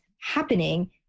happening